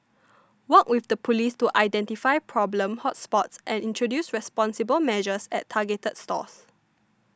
work with the Police to identify problem hot spots and introduce responsible measures at targeted stores